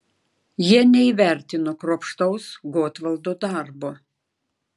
jie neįvertino kruopštaus gotvaldo darbo